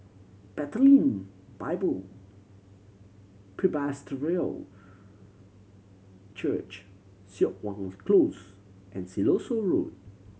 Bethlehem Bible Presbyterian Church Siok Wan Close and Siloso Road